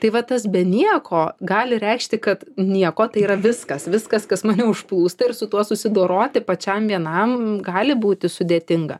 tai va tas be nieko gali reikšti kad nieko tai yra viskas viskas kas mane užplūsta ir su tuo susidoroti pačiam vienam gali būti sudėtinga